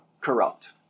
corrupt